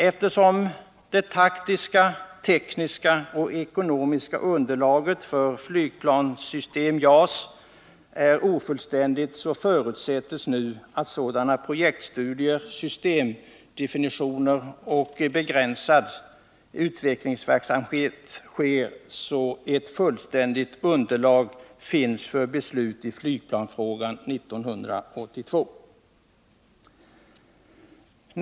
Eftersom det taktiska, tekniska och ekonomiska underlaget för flygplanssystem JAS är ofullständigt, så förutsätts nu att projektstudier, systemdefinitioner och begränsad utvecklingsverksamhet sker, så att ett fullgott underlag finns för beslut i flygplansfrågan 1982.